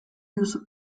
duzu